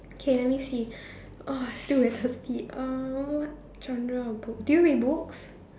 okay let me see !ugh! still very thirsty uh what genre of book do you read books